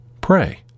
Pray